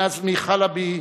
מג'די חלבי,